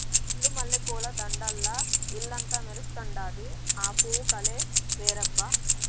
చెండు మల్లె పూల దండల్ల ఇల్లంతా మెరుస్తండాది, ఆ పూవు కలే వేరబ్బా